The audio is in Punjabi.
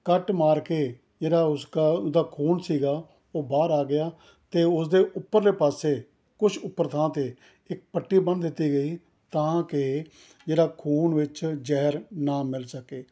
ਕੱਟ ਮਾਰ ਕੇ ਜਿਹੜਾ ਉਸਕਾ ਉਹਦਾ ਖੂਨ ਸੀਗਾ ਉਹ ਬਾਹਰ ਆ ਗਿਆ ਅਤੇ ਉਸਦੇ ਉੱਪਰਲੇ ਪਾਸੇ ਕੁਛ ਉੱਪਰ ਥਾਂ 'ਤੇ ਇੱਕ ਪੱਟੀ ਬੰਨ੍ਹ ਦਿੱਤੀ ਗਈ ਤਾਂ ਕਿ ਜਿਹੜਾ ਖੂਨ ਵਿੱਚ ਜ਼ਹਿਰ ਨਾ ਮਿਲ ਸਕੇ